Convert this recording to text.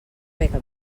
bega